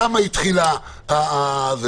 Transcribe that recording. שם היא התחילה המהומה.